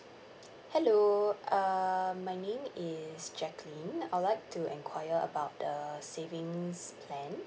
hello uh my name is jaclyn I would like to inquire about the savings plan